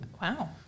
Wow